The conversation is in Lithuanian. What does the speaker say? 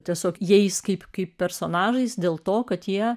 tiesiog jais kaip kaip personažais dėl to kad jie